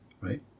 right